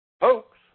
hoax